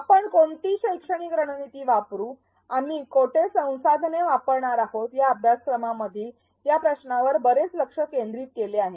आपण कोणती शैक्षणिक रणनीती वापरु आम्ही कोठे संसाधने वापरणार आहोत या अभ्यासक्रमामधील या प्रश्नावर बरेच लक्ष केंद्रित केले आहे